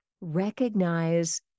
recognize